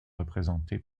représentée